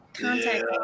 contact